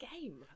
game